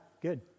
Good